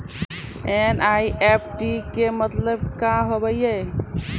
NEFT के मतलब का होव हेय?